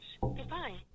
Goodbye